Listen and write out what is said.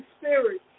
spirit